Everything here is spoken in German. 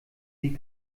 die